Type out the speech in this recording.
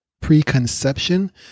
preconception